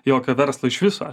jokio verslo iš viso